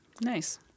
Nice